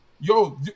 Yo